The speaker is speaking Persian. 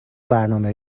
برنامه